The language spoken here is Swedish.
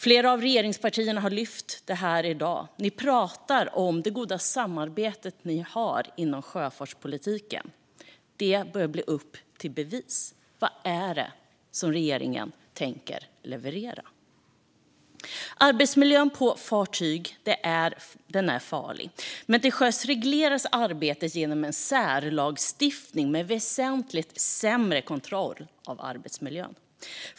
Flera av regeringspartierna har lyft fram det här i dag. De pratar om sitt goda samarbete inom sjöfartspolitiken, men det börjar bli upp till bevis. Vad tänker regeringen leverera? Arbetsmiljön på fartyg är farlig, men till sjöss regleras arbetet genom en särlagstiftning med väsentligt sämre kontroll av arbetsmiljön.